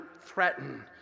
threaten